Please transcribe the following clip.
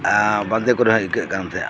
ᱵᱟᱸᱫᱮ ᱠᱚᱨᱮ ᱦᱚᱸ ᱟᱹᱭᱠᱟᱜ ᱠᱟᱱ ᱛᱟᱸᱦᱮᱜᱼᱟ